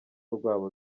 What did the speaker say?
rwabo